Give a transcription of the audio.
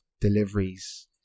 deliveries